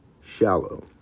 shallow